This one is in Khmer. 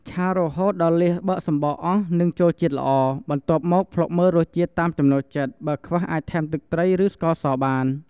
ឆារហូតដល់លៀសបើកសំបកអស់ និងចូលជាតិល្អ បន្ទាប់មកភ្លក់មើលរសជាតិតាមចំណូលចិត្ត បើខ្វះអាចថែមទឹកត្រី ឬស្ករសបាន។